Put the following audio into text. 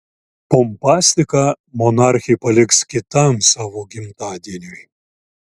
pompastiką monarchė paliks kitam savo gimtadieniui